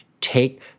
take